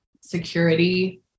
security